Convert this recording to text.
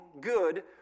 good